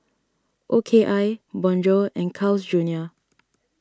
O K I Bonjour and Carl's Junior